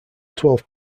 twelve